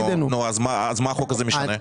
אז מה החוק הזה משנה?